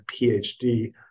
PhD